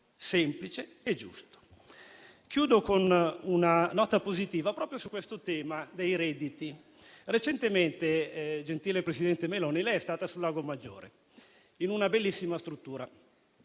semplice e giusto. Concludo con una nota positiva proprio su questo tema dei redditi. Recentemente, la presidente del Consiglio Meloni è stata sul Lago Maggiore, in una bellissima struttura.